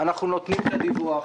אנחנו נותנים את הדיווח.